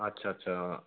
আচ্ছা আচ্ছা